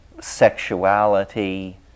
sexuality